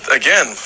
again